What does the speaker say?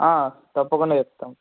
తప్పకుండా చెప్తాం